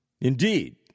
Indeed